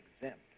exempt